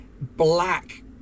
Black